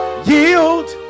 Yield